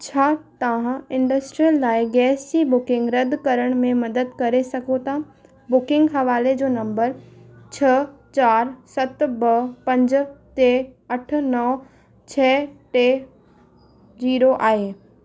छा तव्हां इंडस्ट्रियल लाइ गैस जी बुकिंग रद्द करण में मदद करे सघो था बुकिंग हवाले जो नंबर छह चारि सत ॿ पंज टे अठ नव छह टे ज़ीरो आहे